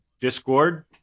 Discord